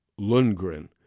Lundgren